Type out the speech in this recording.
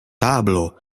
tablo